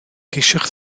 ceisiwch